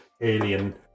alien